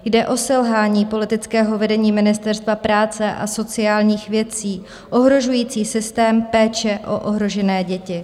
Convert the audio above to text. Jde o selhání politického vedení Ministerstva práce a sociálních věcí, ohrožující systém péče o ohrožené děti.